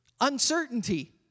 Uncertainty